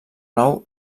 nou